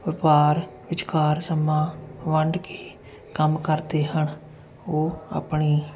ਵਪਾਰ ਵਿਚਕਾਰ ਸਮਾਂ ਵੰਡ ਕੇ ਕੰਮ ਕਰਦੇ ਹਨ ਉਹ ਆਪਣੀ